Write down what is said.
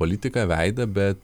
politiką veidą bet